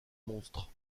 monstres